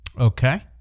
Okay